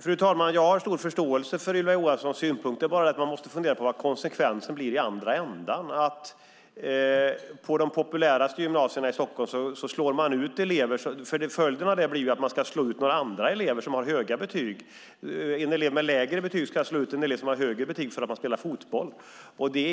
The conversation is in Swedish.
Fru talman! Jag har stor förståelse för Ylva Johanssons synpunkter, men man måste fundera på vad konsekvensen blir i andra ändan. På de populäraste gymnasierna i Stockholm slår man ut elever. Följden av en regeländring skulle bli att man slår elever som har höga betyg: En elev med lägre betyg som spelar fotboll ska slå ut en elev som har